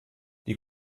die